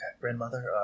grandmother